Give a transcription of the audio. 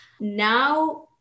Now